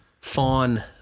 fawn